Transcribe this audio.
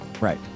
Right